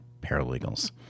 paralegals